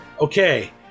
Okay